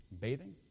bathing